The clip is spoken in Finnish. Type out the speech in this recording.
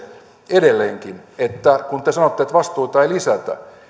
edelleenkin kun te sanotte että vastuita ei lisätä